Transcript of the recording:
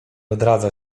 odradza